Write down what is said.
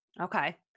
Okay